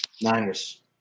Niners